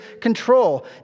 control